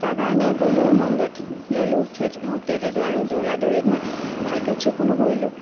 তাৰ কাৰণে গ'লোঁ উমংগত ল'লোঁ থিয়েটাৰ হোম থিয়েটাৰটো আৰু দৌৰা দৌৰিত মই ভালকৈ চেকো নকৰিলোঁ